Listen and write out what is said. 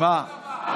זה לא אותו דבר.